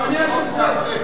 יש סוף.